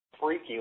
freaky